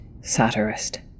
satirist